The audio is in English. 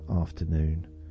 afternoon